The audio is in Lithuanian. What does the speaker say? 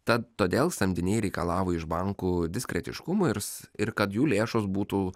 tad todėl samdiniai reikalavo iš bankų diskretiškumo ir ir kad jų lėšos būtų